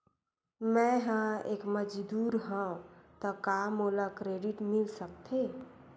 मैं ह एक मजदूर हंव त का मोला क्रेडिट मिल सकथे?